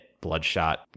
bloodshot